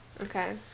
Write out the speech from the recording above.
okay